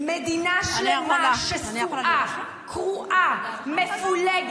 עכשיו חברת הכנסת כהן, בבקשה.